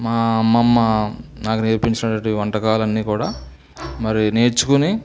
మా అమ్మమ్మ నాకు నేర్పించనటువంటి వంటకాలు అన్ని కూడా మరి నేర్చుకుని